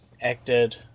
acted